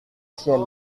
ciel